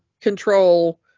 control